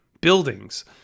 buildings